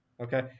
Okay